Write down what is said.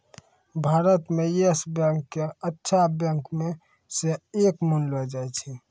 भारत म Yes Bank क अच्छा बैंक म स एक मानलो जाय छै